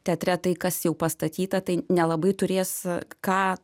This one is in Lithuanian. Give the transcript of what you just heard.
teatre tai kas jau pastatyta tai nelabai turės ką